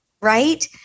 right